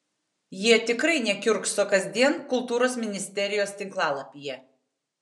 jie tikrai nekiurkso kasdien kultūros ministerijos tinklalapyje